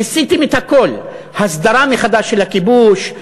ניסיתם את הכול, הסדרה מחדש של הכיבוש,